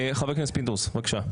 חבר הכנסת פינדרוס, בבקשה.